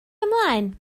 ymlaen